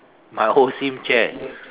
my OSIM chair